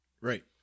Right